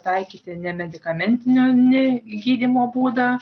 taikyti nemedikamentinio nei gydymo būdą